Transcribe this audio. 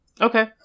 Okay